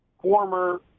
former